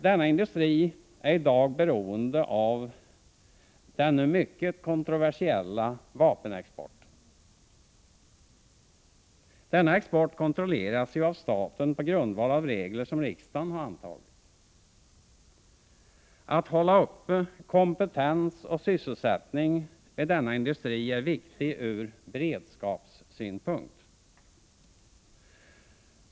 Denna industri är i dag beroende av den nu mycket kontroversiella vapenexporten. Denna export kontrolleras ju av staten på grundval av regler som riksdagen har antagit. Att hålla uppe kompetens och sysselsättning vid denna industri är viktigt ur beredskapssynpunkt.